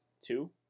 two